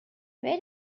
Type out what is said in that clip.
where